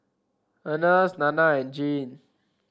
Ernest Nanna and Jean